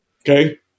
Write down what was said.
okay